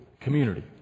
community